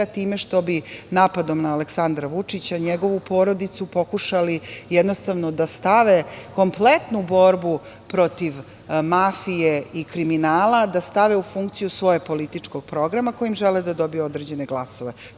time što bi napadom na Aleksandra Vučića i njegovu porodicu pokušali da stave kompletnu borbu protiv mafije i kriminala u funkciju svog političkog programa kojim žele da dobiju određene glasove.